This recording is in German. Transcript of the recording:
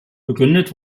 begründet